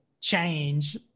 change